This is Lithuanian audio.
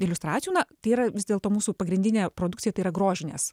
iliustracijų na tai yra vis dėlto mūsų pagrindinė produkcija tai yra grožinės